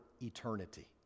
eternity